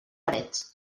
parets